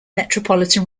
metropolitan